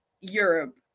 europe